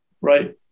right